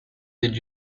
did